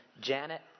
Janet